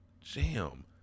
Jam